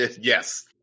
yes